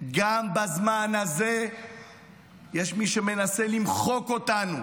גם בזמן הזה יש מי שמנסה למחוק אותנו,